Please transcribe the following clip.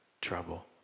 trouble